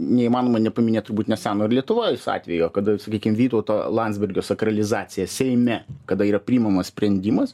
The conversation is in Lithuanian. neįmanoma nepaminėt turbūt neseno ir lietuvoj atvejo kada sakykim vytauto landsbergio sakralizacija seime kada yra priimamas sprendimas